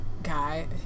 guy